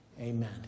amen